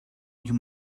you